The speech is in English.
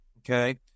Okay